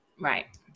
right